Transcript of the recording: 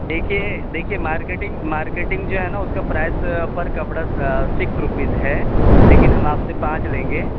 دیکھیے دیکھیے marketing marketing جو ہے نا اس کا پرائس پر کپڑا سکس روپیز ہے لیکن ہم آپ سے پانچ لیں گے